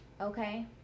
okay